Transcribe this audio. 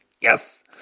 Yes